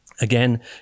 Again